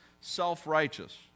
self-righteous